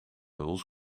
huls